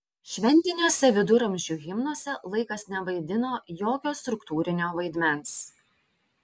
šventiniuose viduramžių himnuose laikas nevaidino jokio struktūrinio vaidmens